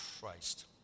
Christ